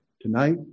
tonight